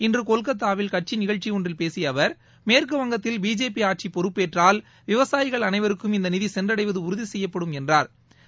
இன்று கொல்கத்தாவில் கட்சி நிகழ்ச்சி ஒன்றில் பேசிய அவர் மேற்குவங்கத்தில் பிஜேபி ஆட்சி பொறுப்பேற்றால் விவசாயிகள் அனைருக்கும் இந்த நிதி சென்றடைவது உறுதி செய்யப்படும் என்றாா்